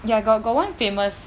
ya got got one famous